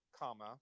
comma